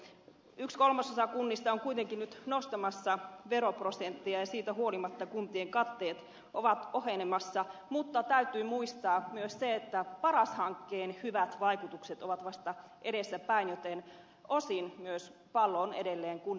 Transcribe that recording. yksi kolmasosa kunnista on kuitenkin nyt nostamassa veroprosenttia ja siitä huolimatta kuntien katteet ovat ohenemassa mutta täytyy muistaa myös se että paras hankkeen hyvät vaikutukset ovat vasta edessäpäin joten osin myös pallo on edelleen kunnilla itsellään